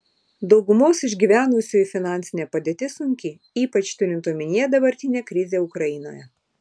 daugumos išgyvenusiųjų finansinė padėtis sunki ypač turint omenyje dabartinę krizę ukrainoje